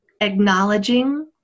acknowledging